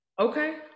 Okay